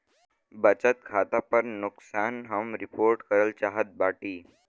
बचत खाता पर नुकसान हम रिपोर्ट करल चाहत बाटी